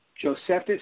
Josephus